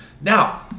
Now